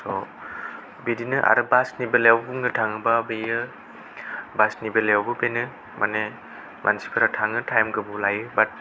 स' बिदिनो आरो बासनि बेलायाव बुंनो थाङोबा बेयो बासनि बेलायावबो बेनो माने मानसिफोरा थाङो टाइम गोबाव लायो बाट